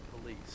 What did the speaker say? police